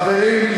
חברים,